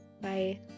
bye